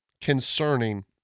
concerning